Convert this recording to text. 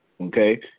Okay